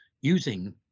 using